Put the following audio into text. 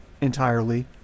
entirely